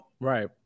right